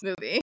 movie